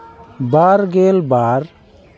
ᱵᱟᱨ ᱜᱮᱞ ᱵᱟᱨ